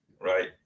right